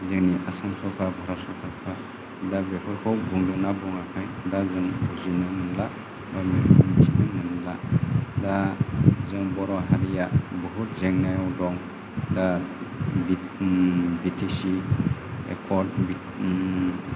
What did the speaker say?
जोंनि आसाम सरकार भारत सरकारा दा बेफोरखौ बुंदों ना बुङाखै बेफोरखौ जों बुजिनो मोनला बा मिथिनो मोनला दा जों बर' हारिया बुहुत जेंनायाव दं दा बि टि सि एकर्द